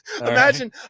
Imagine